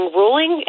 ruling